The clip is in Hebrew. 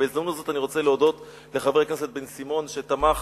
בהזדמנות הזאת אני רוצה להודות לחבר הכנסת בן-סימון שתמך